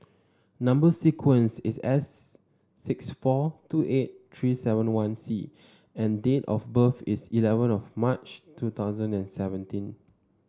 number sequence is S six four two eight three seven one C and date of birth is eleven of March two thousand and seventeen